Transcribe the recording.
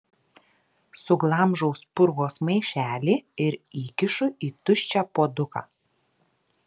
suglamžau spurgos maišelį ir įkišu į tuščią puoduką